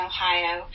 Ohio